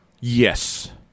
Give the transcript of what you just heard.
Yes